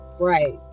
Right